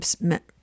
met